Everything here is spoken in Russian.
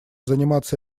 заниматься